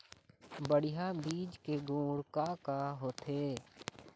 बढ़िया बीज के गुण का का होथे?